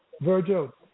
Virgil